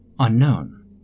Unknown